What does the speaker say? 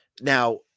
Now